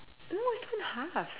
no it's two and a half